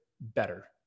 better